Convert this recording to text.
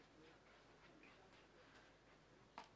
התרבות והספורט" יבוא "הפנים והגנת הסביבה".